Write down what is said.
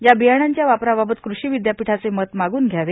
या बियाण्यांच्या वापराबाबत कृषी विद्यापीठाचे मत मागून घ्यावे